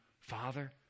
father